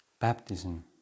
Baptism